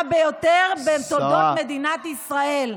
הגרועה ביותר בתולדות מדינת ישראל.